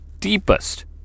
deepest